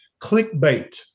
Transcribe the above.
clickbait